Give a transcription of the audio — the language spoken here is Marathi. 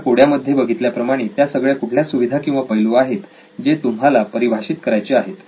माझ्या कोड्या मध्ये बघितल्याप्रमाणे त्या सगळ्या कुठल्या सुविधा किंवा पैलू आहेत जे तुम्हाला परिभाषेत करायचे आहेत